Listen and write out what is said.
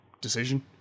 decision